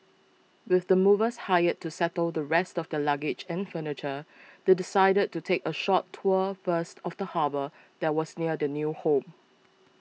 with the movers hired to settle the rest of their luggage and furniture they decided to take a short tour first of the harbour that was near their new home